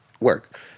work